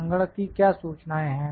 संगणक की क्या सूचनाएं है